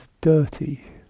dirty